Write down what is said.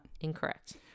Incorrect